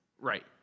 Right